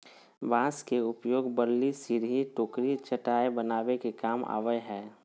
बांस के उपयोग बल्ली, सिरही, टोकरी, चटाय बनावे के काम आवय हइ